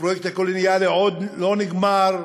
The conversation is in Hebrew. הפרויקט הקולוניאלי עוד לא נגמר.